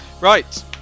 Right